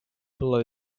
below